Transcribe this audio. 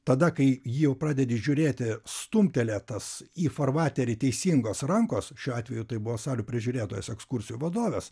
tada kai jį jau pradedi žiūrėti stumtelėtas į farvaterį teisingos rankos šiuo atveju tai buvo salių prižiūrėtojos ekskursijų vadovės